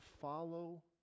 Follow